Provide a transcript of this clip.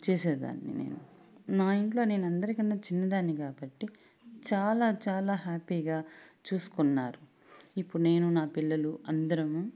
చేసేదాన్ని నేను మా ఇంట్లో నేను అందరికన్నా చిన్నదాన్ని కాబట్టి చాలా చాలా హ్యాపీగా చూసుకున్నారు ఇప్పుడు నేను నా పిల్లలు అందరము